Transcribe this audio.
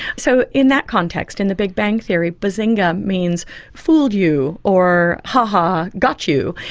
so in that context, in the big bang theory bazinga means fooled you or ha ha got you,